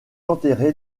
enterré